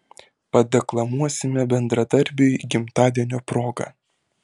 padeklamuosime bendradarbiui gimtadienio proga